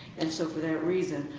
and so for that reason,